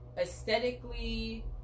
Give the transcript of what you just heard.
aesthetically